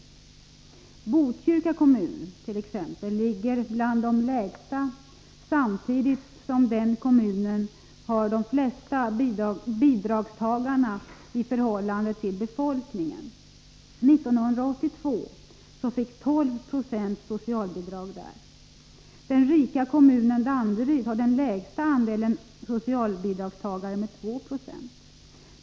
Exempelvis Botkyrka kommun tillämpar normer som ligger bland de lägsta, samtidigt som den kommunen har de flesta bidragstagarna i förhållande till befolkningen. År 1982 fick 12 96 socialbidrag där. Den rika kommunen Danderyd har den lägsta andelen socialbidragstagare, nämligen 2 90.